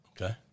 Okay